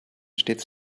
stets